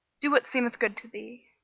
do what seemeth good to thee,